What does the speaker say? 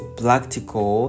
practical